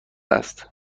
است